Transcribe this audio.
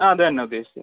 ആ അതു തന്നെ ഉദേശിച്ചത്